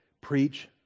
Preach